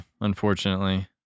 unfortunately